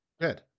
Good